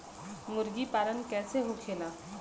मुर्गी पालन कैसे होखेला?